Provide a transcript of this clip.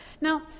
Now